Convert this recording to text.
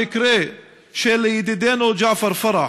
המקרה של ידידנו ג'עפר פרח,